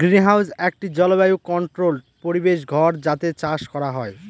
greenhouse একটি জলবায়ু controlled পরিবেশ ঘর যাতে চাষ করা হয়